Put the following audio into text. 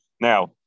Now